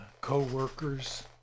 co-workers